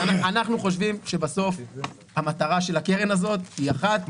אנחנו חושבים שהמטרה של הקרן הזאת היא אחת.